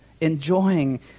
enjoying